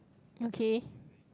okay